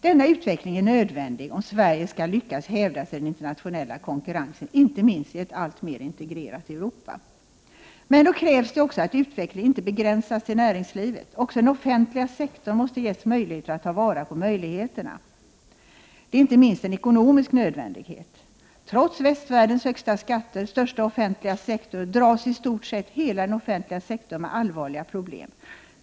Denna utveckling är nödvändig om Sverige skall lyckas hävda sig i den internationella konkurrensen, inte minst i ett alltmer integrerat Europa. Men då krävs det också att utvecklingen inte begränsas till näringslivet. Också den offentliga sektorn måste vara i stånd att ta vara på möjligheterna. Det är inte minst en ekonomisk nödvändighet. Trots västvärldens högsta skatter och största offentliga sektor dras i stort sett hela den offentliga sektorn med allvarliga problem.